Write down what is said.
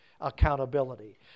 accountability